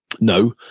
No